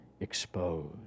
exposed